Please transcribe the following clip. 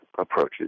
approaches